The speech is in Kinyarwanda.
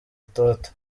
itoto